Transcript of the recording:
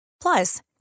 Plus